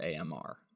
AMR